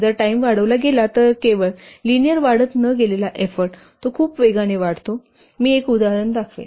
जर टाइम वाढविला गेला तर केवळ लिनिअर वाढत न गेलेला एफ्फोर्ट तो खूप वेगाने वाढतो मी एक उदाहरण दाखवेन